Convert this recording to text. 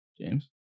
James